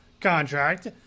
contract